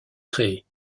créée